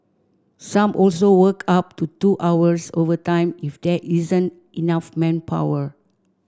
some also work up to two hours overtime if there isn't enough manpower